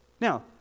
Now